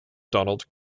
donald